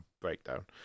breakdown